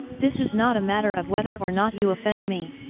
this is not a matter of whether or not you offend me.